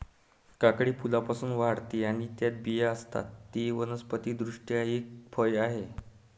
काकडी फुलांपासून वाढते आणि त्यात बिया असतात, ते वनस्पति दृष्ट्या एक फळ आहे